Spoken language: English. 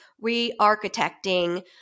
re-architecting